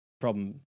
problem